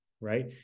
right